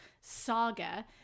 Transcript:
saga